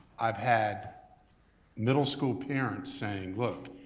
i've had middle school parents saying look,